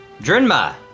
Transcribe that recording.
Drinma